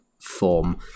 form